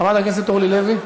חברת הכנסת אורלי לוי.